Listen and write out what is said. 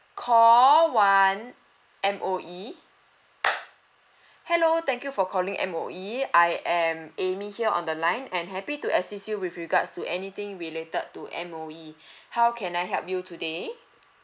call one M_O_E hello thank you for calling M_O_E I am amy here on the line and happy to assist you with regards to anything related to M_O_E how can I help you today